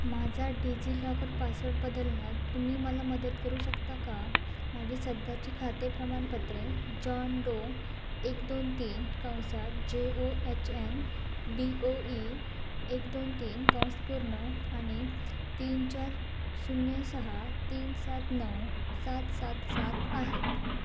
माझा DigiLocker password बदलण्यात तुम्ही मला मदत करू शकता का माझी सध्याची खाते प्रमाणपत्रे जॉन डो एक दोन तीन कंसात J O H N D O E एक दोन तीन कंस पूर्ण आणि तीन चार शून्य सहा तीन सात नऊ सात सात सात आहेत